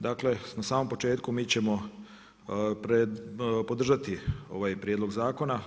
Dakle, na samom početku mi ćemo podržati ovaj prijedlog zakona.